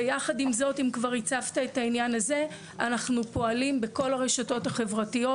יחד עם זאת, אנחנו פועלים בכל הרשתות החברתיות.